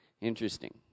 Interesting